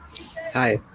Hi